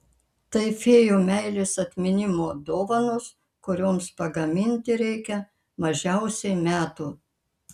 tai fėjų meilės atminimo dovanos kurioms pagaminti reikia mažiausiai metų